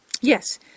Yes